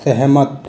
सहमत